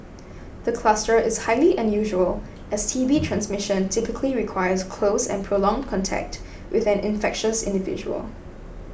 the cluster is highly unusual as T B transmission typically requires close and prolonged contact with an infectious individual